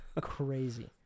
Crazy